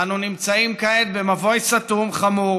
אנו נמצאים כעת במבוי סתום חמור